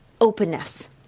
openness